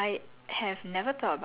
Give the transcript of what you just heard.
okay cool